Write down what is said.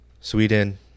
Sweden